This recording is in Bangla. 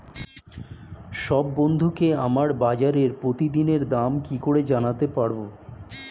সব বন্ধুকে আমাকে বাজারের প্রতিদিনের দাম কি করে জানাতে পারবো?